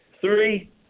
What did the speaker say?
Three